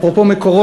אפרופו מקורות,